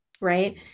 right